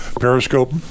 Periscope